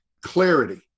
clarity